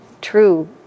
true